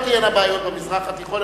לא תהיינה בעיות במזרח התיכון,